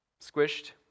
squished